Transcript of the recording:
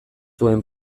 zuen